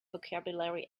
vocabulary